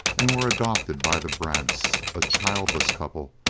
and were adopted by the brants, a childless couple,